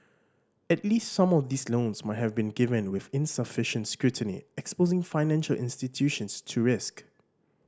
at least some of these loans might have been given with insufficient scrutiny exposing financial institutions to risk